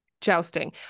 Jousting